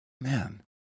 man